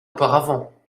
auparavant